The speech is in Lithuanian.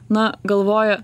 na galvoja